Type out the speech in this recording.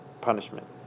punishment